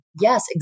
yes